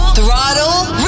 Throttle